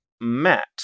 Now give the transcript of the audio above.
Matt